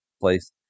place